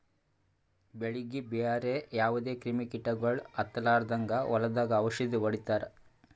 ಬೆಳೀಗಿ ಬ್ಯಾರೆ ಯಾವದೇ ಕ್ರಿಮಿ ಕೀಟಗೊಳ್ ಹತ್ತಲಾರದಂಗ್ ಹೊಲದಾಗ್ ಔಷದ್ ಹೊಡಿತಾರ